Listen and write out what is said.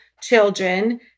children